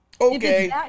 Okay